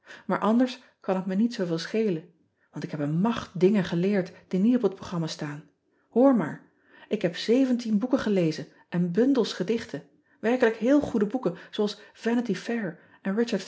maar anders kan het me niet zooveel schelen want ik heb een macht dingen geleerd die niet op het pogramma staan oor maar ik heb boeken gelezen en bundels gedichten werkelijk heel goede boeken zooals anity fair en